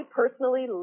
personally